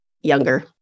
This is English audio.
younger